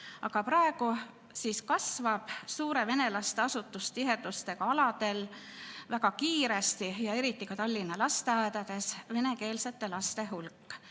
Aga praegu kasvab suure venelaste asustustihedusega aladel väga kiiresti, eriti Tallinna lasteaedades, venekeelsete laste hulk.